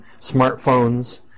smartphones